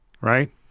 right